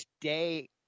today